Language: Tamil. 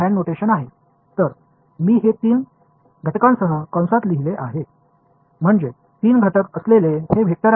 எனவே நான் அதை மூன்று காம்போனென்ட் களுடன் அடைப்புக்குறிக்குள் எழுதியுள்ளேன் அதாவது இது மூன்று காம்போனென்ட் களைக் கொண்ட ஒரு வெக்டர்